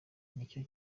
nicyo